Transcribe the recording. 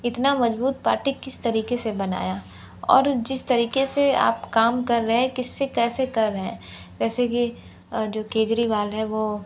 इतना मजबूत पार्टी किस तरीके से बनाया और जिस तरीके से आप काम कर रहे हैं किससे कैसे कर रहे हैं जैसे कि जो केजरीवाल है वो